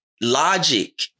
logic